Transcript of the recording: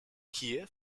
kiew